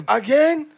again